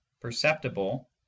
perceptible